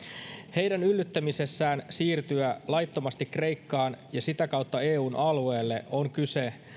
heidän yllyttämisessään siirtyä laittomasti kreikkaan ja sitä kautta eun alueelle on kyse